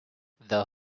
the